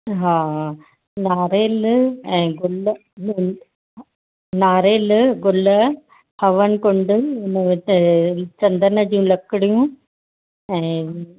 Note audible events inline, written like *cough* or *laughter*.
हा नारेलु ऐं गुल *unintelligible* नारेलु गुल हवन कुंड हुन में त चंदन जूं लकड़ियूं ऐं